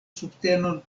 subtenon